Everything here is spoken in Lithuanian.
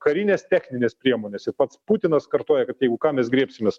karinės techninės priemonės ir pats putinas kartoja kad jeigu ką mes griebsimės